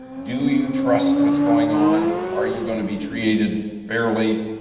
do you trust what's going on? are you gonna be treated fairly?